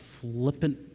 flippant